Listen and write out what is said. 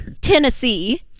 Tennessee